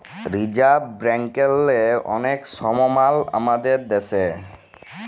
reserve ব্যাংকেরলে অলেক সমমাল আমাদের দ্যাশে